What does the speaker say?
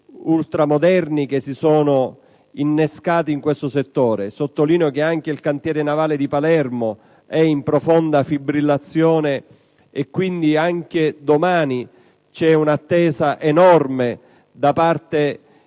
ultramoderni che si sono innescati in questo campo. Sottolineo che anche il cantiere navale di Palermo è in profonda fibrillazione e che domani c'è grande attesa da parte